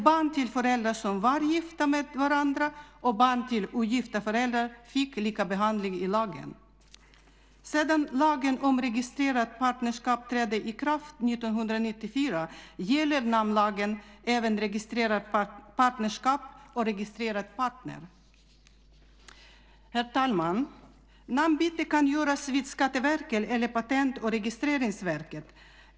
Barn till föräldrar som var gifta med varandra och barn till ogifta föräldrar fick likabehandling i lagen. Sedan lagen om registrerat partnerskap trädde i kraft 1994 gäller namnlagen även registrerat partnerskap och registrerad partner. Herr talman! Namnbyte kan göras vid Skatteverket eller Patent och registreringsverket.